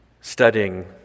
studying